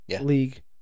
League